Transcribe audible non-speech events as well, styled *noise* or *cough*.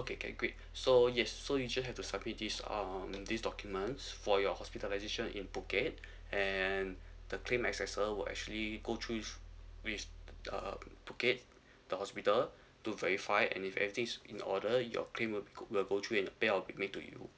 okay okay great so yes so you just have to submit these um these documents for your hospitalisation in phuket *breath* and the claim assessor will actually go through with with the phuket *breath* the hospital to verify and if everything is in order your claim will be good will go through and pay all the way to you